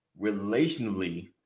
Relationally